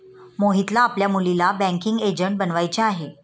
मोहितला आपल्या मुलीला बँकिंग एजंट बनवायचे आहे